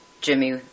Jimmy